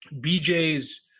BJ's